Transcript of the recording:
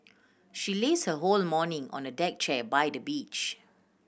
she lazed her whole the morning away on a deck chair by the beach